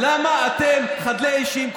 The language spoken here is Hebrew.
למה אתם חדלי אישים?